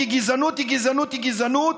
כי גזענות היא גזענות היא גזענות,